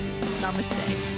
Namaste